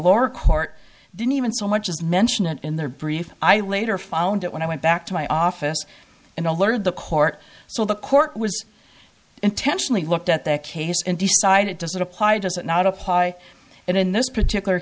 lower court didn't even so much as mention it in their brief i later found out when i went back to my office and alerted the court so the court was intentionally looked at that case and decided it doesn't apply does it not apply it in this particular